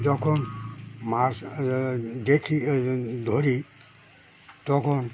যখন মাছ দেখি ধরি তখন